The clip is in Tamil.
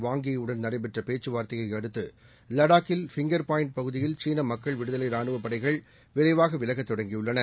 வாங் யீ யுடன் நடைபெற்றபேச்சுவார்த்தையையடுத்துலடாக்கில் ஃபிங்கர் பாயின்ட் பகுதியில் சீனமக்கள் விடுதலைராணுவபடைகள் விரைவாகவிலகத் தொடங்கியுள்ளன